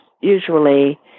usually